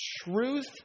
truth